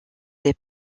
des